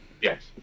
Yes